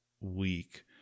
week